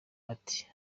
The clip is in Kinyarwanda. ati